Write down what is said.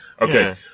okay